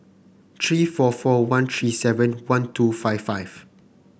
three four four one three seven one two five five